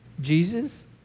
Jesus